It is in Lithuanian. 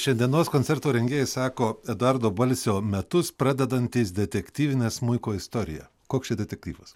šiandienos koncerto rengėjai sako eduardo balsio metus pradedantys detektyvine smuiko istorija koks čia detektyvas